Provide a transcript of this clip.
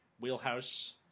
Wheelhouse